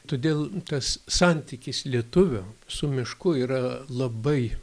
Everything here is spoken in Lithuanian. todėl tas santykis lietuvio su mišku yra labai